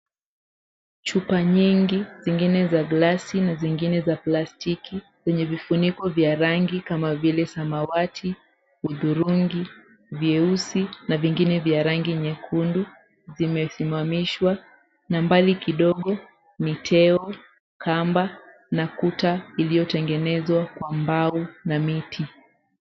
Chupa nyingi zingine za glasi na zingine za plastiki yenye vifuniko vya rangi kama vile samawati, hudhurungi, vyeusi na vingine vya rangi nyekundu vimesimamishwa na mbali kidogo ni teo, kamba na kuta iliyotengenezwa kwa mbao na miti.